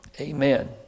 Amen